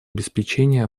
обеспечения